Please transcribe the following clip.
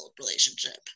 relationship